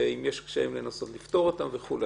ואם יש קשיים לנסות לפתור אותם וכולי.